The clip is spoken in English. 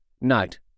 night